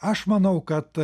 aš manau kad